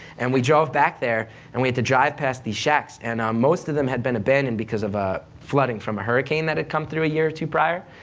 and we drove back there and we had to drive past these shacks and now, um most of them had been abandoned because of ah flooding from a hurricane that had come through a year or two prior,